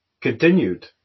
Continued